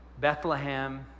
Bethlehem